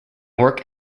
work